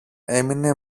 έμεινε